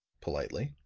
politely.